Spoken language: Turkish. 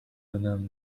önemli